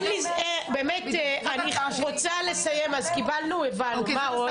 באמת אני רוצה לסיים אז קיבלנו והבנו, מה עוד?